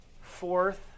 fourth